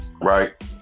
Right